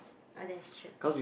uh that's true